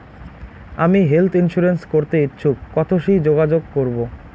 আমি health insurance করতে ইচ্ছুক কথসি যোগাযোগ করবো?